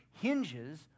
hinges